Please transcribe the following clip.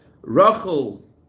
Rachel